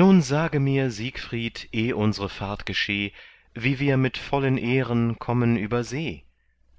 nun sage mir siegfried eh unsre fahrt gescheh wie wir mit vollen ehren kommen über see